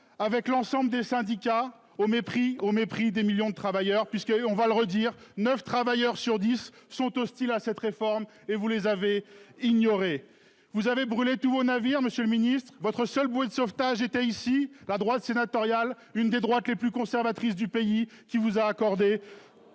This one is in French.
avec l'ensemble des syndicats au mépris au mépris des millions de travailleurs puisque on va le redire 9 travailleurs sur 10 sont hostiles à cette réforme et vous les avez ignoré. Vous avez brûlé tout au navire. Monsieur le Ministre votre seule bouée de sauvetage était ici la droite sénatoriale. Une des droites les plus conservatrices du pays qui vous a accordé.